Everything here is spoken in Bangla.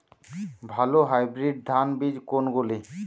ভালো হাইব্রিড ধান বীজ কোনগুলি?